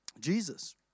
Jesus